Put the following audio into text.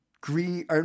green